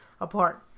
apart